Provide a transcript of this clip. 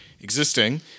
existing